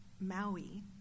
Maui